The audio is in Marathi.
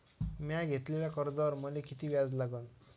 म्या घेतलेल्या कर्जावर मले किती व्याज लागन?